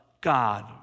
God